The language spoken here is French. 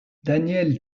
daniel